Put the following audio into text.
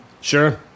Sure